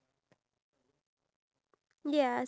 access to clean water